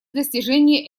достижении